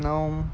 now